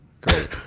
Great